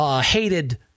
hated